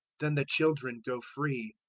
then the children go free,